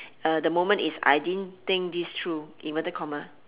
uh the moment is I didn't think this through inverted comma